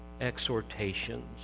Exhortations